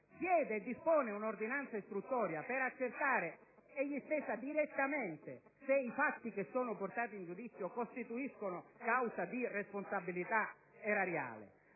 chiede e dispone un'ordinanza istruttoria per accertare essa stessa direttamente se i fatti che sono portati in giudizio costituiscono causa di responsabilità erariale,